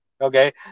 Okay